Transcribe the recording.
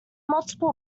multiple